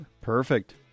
perfect